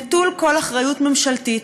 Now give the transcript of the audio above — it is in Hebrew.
נטול כל אחריות ממשלתית,